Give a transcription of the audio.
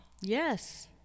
Yes